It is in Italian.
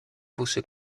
fosse